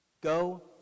Go